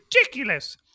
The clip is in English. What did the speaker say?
ridiculous